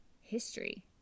history